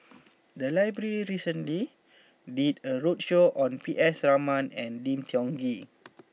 the library recently did a roadshow on P S Raman and Lim Tiong Ghee